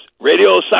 radio